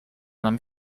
nam